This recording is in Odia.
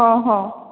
ହଁ ହଁ